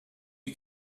you